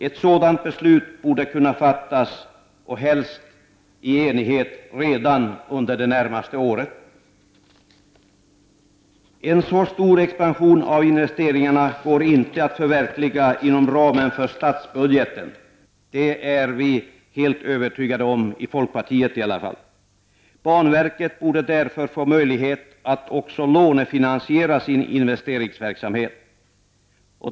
Ett sådant beslut borde kunna fattas, och helst i enighet, redan under det närmaste året. En så stor expansion av investeringarna går inte att förverkliga inom ramen för statsbudgeten. Det är vi i alla fall övertygade om inom folkpartiet. Banverket borde därför få möjlighet att också lånefinansiera sin investeringsverksamhet.